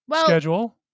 schedule